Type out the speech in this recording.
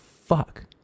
fuck